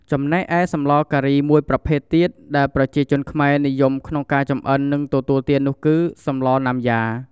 ចំណែកឯសម្លការីមួយប្រភេទទៀតដែលប្រជាជនខ្មែរនិយមក្នុងការចម្អិន និងទទួលទាននោះគឺ សម្លណាំយ៉ា។